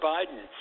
Biden